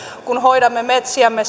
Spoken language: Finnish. kun hoidamme metsiämme